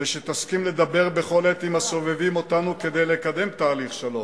ושתסכים לדבר בכל עת עם הסובבים אותנו כדי לקדם תהליך שלום.